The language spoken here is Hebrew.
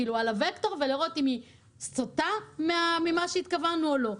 לראות אם היא סוטה ממה שהתכוונו או לא.